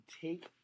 take